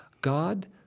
God